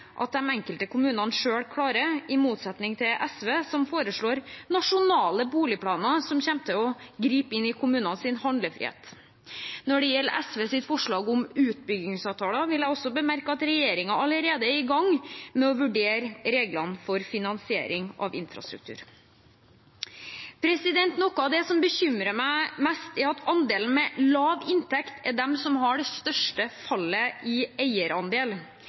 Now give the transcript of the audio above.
SV, som foreslår nasjonale boligplaner som kommer til å gripe inn i kommunenes handlefrihet. Når det gjelder SVs forslag om utbyggingsavtaler, vil jeg også bemerke at regjeringen allerede er i gang med å vurdere reglene for finansiering av infrastruktur. Noe av det som bekymrer meg mest, er at andelen med lav inntekt er de som har det største fallet i